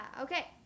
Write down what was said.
Okay